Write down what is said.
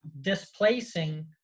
displacing